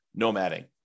nomading